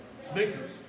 Snickers